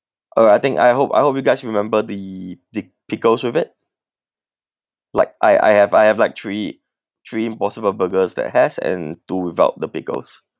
uh I think I hope I hope you guys remember the the pickles with it like I I have I have like three three impossible burgers that has and two without the pickles